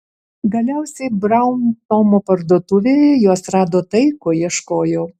galiausiai braun tomo parduotuvėje jos rado tai ko ieškojo